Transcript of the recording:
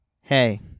hey